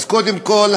אז קודם כול,